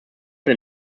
für